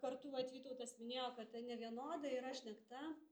kartu vat vytautas minėjo kad ta nevienoda yra šnekta